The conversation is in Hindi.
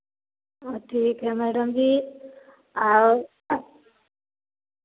आ ठीक है मैडम जी आओ